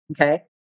Okay